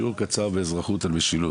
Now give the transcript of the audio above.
שיעור קצר באזרחות על משילות,